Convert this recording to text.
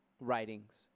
writings